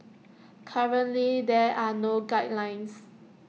currently there are no guidelines